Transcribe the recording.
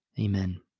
Amen